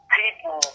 people